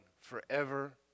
forever